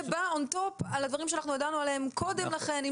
בא on top על הדברים שאנחנו ידענו עליהם קודם לכן,